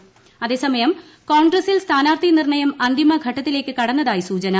കോൺഗ്രസ് അതേസമയം കോൺഗ്രസിൽ സ്ഥാനാർത്ഥി നിർണ്ണയം അന്തിമ ഘട്ടത്തിലേക്ക് കടന്നതായി സൂചന